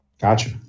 Gotcha